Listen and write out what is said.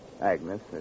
Agnes